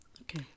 okay